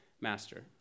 Master